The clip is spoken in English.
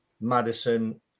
Madison